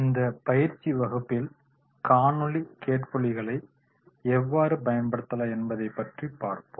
இந்த பயிற்சி வகுப்பில் காணொளி கேட்பொலிகளை எவ்வாறு பயன்படுத்தலாம் என்பதுப் பற்றி பார்ப்போம்